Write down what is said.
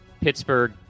Pittsburgh